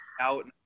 out